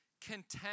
content